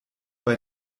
bei